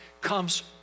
comes